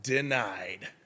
Denied